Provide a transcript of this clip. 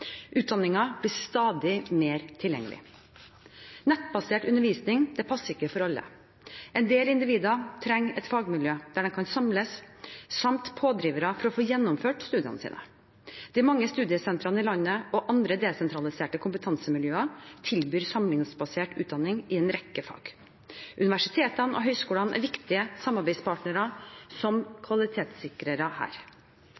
blir stadig mer tilgjengelig. Nettbasert undervisning passer ikke for alle. En del individer trenger et fagmiljø der de kan samles, samt pådrivere for å gjennomføre studiene. De mange studiesentrene i landet og andre desentraliserte kompetansemiljøer tilbyr samlingsbasert utdanning i en rekke fag. Universitetene og høyskolene er viktige samarbeidspartnere som kvalitetssikrere her.